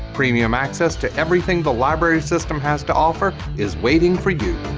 premium access to everything the library system has to offer is waiting for you.